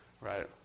Right